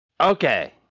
Okay